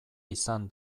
izan